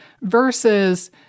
versus